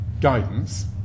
guidance